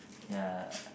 ya